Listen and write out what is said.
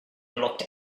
looked